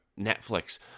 Netflix